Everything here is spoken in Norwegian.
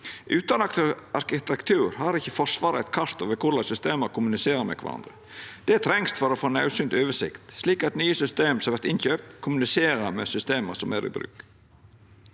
Utan arkitektur har ikkje Forsvaret kart over korleis systema kommuniserer med kvarandre. Det trengst for å få naudsynt oversikt, slik at nye system som vert kjøpte inn, kommuniserer med systema som er i bruk.